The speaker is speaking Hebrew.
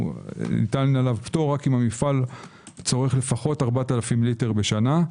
ניתן עליו פטור רק אם המפעל צורך לפחות 4,000 ליטר בשנה.